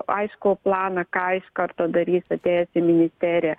aiškų planą ką iš karto darys atėjęs į ministeriją